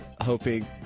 hoping